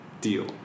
deal